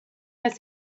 است